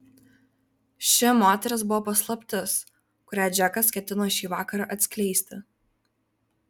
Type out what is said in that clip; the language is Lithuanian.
ši moteris buvo paslaptis kurią džekas ketino šį vakarą atskleisti